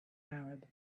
arab